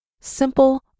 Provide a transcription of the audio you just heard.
Simple